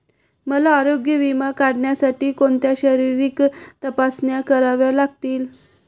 मला आरोग्य विमा काढण्यासाठी कोणत्या शारीरिक तपासण्या कराव्या लागतील?